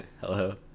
Hello